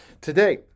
today